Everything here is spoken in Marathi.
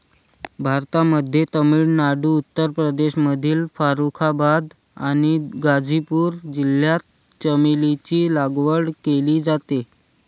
भारतामध्ये तामिळनाडू, उत्तर प्रदेशमधील फारुखाबाद आणि गाझीपूर जिल्ह्यात चमेलीची लागवड केली जाते